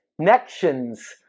Connections